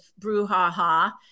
brouhaha